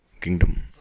kingdom